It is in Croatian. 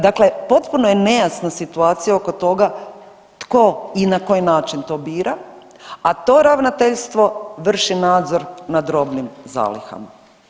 Dakle, potpuno je nejasna situacija oko toga tko i na koji način to bira, a to ravnateljstvo vrši nadzor nad robnim zalihama.